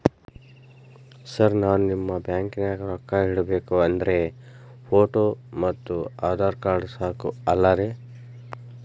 Sir ನಾನು ನಿಮ್ಮ ಬ್ಯಾಂಕನಾಗ ರೊಕ್ಕ ಇಡಬೇಕು ಅಂದ್ರೇ ಫೋಟೋ ಮತ್ತು ಆಧಾರ್ ಕಾರ್ಡ್ ಸಾಕ ಅಲ್ಲರೇ?